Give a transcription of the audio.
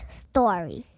story